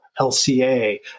LCA